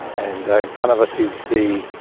and in front of us is the